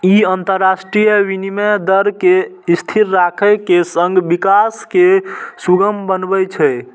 ई अंतरराष्ट्रीय विनिमय दर कें स्थिर राखै के संग विकास कें सुगम बनबै छै